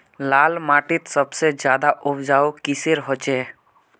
लाल माटित सबसे ज्यादा उपजाऊ किसेर होचए?